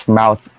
mouth